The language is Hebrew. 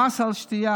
המס על השתייה,